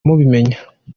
mubimenya